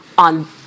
On